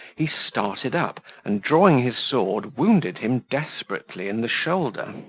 he started up, and drawing his sword, wounded him desperately in the shoulder.